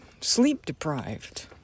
sleep-deprived